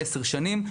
עשר שנים,